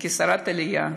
כשרת העלייה